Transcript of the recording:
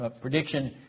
prediction